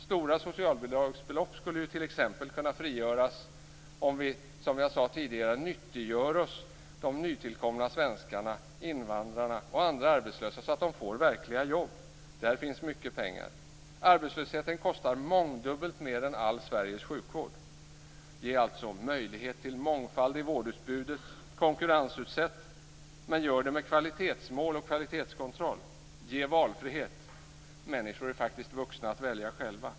Stora socialbidragsbelopp skulle t.ex. kunna frigöras om vi, som jag sade tidigare, nyttiggör oss de nytillkomna svenskarna och arbetslösa och ser till att de får verkliga jobb. Där finns det mycket pengar. Arbetslösheten kostar mångdubbelt mer än all Ge möjlighet till mångfald i vårdutbudet, konkurrensutsätt, men gör det med kvalitetsmål och kvalitetskontroll. Ge valfrihet. Människor är faktiskt vuxna att välja själva.